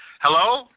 Hello